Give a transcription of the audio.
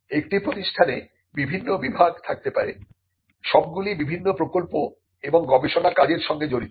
একটি প্রতিষ্ঠানে বিভিন্ন বিভাগ থাকতে পারে সবগুলি বিভিন্ন প্রকল্প এবং গবেষণা কাজের সঙ্গে জড়িত